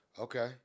Okay